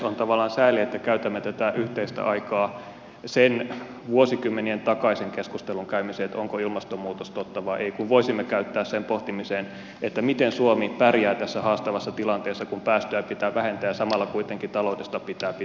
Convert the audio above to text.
on tavallaan sääli että käytämme tätä yhteistä aikaa sen vuosikymmenien takaisen keskustelun käymiseen onko ilmastonmuutos totta vai ei kun voisimme käyttää sen pohtimiseen miten suomi pärjää tässä haastavassa tilanteessa kun päästöjä pitää vähentää ja samalla kuitenkin taloudesta pitää pitää huolta